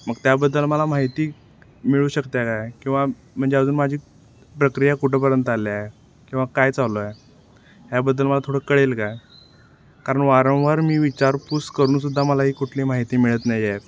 मग त्याबद्दल मला माहिती मिळू शकते काय किंवा म्हणजे अजून माझी प्रक्रिया कुठपर्यंत आली आहे किंवा काय चालू आहे ह्याबद्दल मला थोडं कळेल काय कारण वारंवार मी विचारपूस करूनसुद्धा मला ही कुठली माहिती मिळत नाही आहे